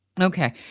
Okay